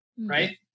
right